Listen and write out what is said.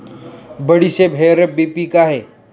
बडीशेप हे रब्बी पिक आहे